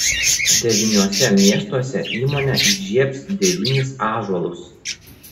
devyniuose miestuose įmonė įžiebs devynis ąžuolus